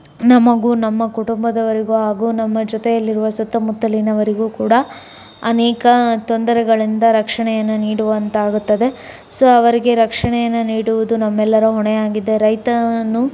ನಮಗೂ ನಮ್ಮ ಕುಟುಂಬದವರಿಗೂ ಹಾಗೂ ನಮ್ಮ ಜೊತೆಯಲ್ಲಿರುವ ಸುತ್ತಮುತ್ತಲಿನವರಿಗೂ ಕೂಡ ಅನೇಕ ತೊಂದರೆಗಳಿಂದ ರಕ್ಷಣೆಯನ್ನು ನೀಡುವಂತಾಗುತ್ತದೆ ಸೊ ಅವರಿಗೆ ರಕ್ಷಣೆಯನ್ನು ನೀಡುವುದು ನಮ್ಮೆಲ್ಲರ ಹೊಣೆಯಾಗಿದೆ ರೈತನು